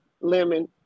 lemon